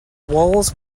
walls